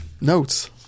notes